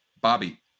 bobby